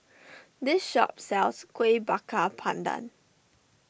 this shop sells Kuih Bakar Pandan